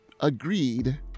agreed